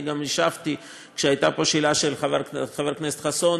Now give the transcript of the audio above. אני גם השבתי כשהייתה פה שאלה של חבר הכנסת חסון,